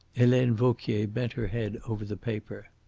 helene vauquier bent her head over the paper.